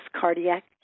cardiac